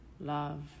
love